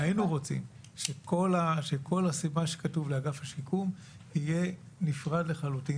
והיינו רוצים שכול --- שכתוב לאגף השיקום יהיה נפרד לחלוטין,